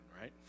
right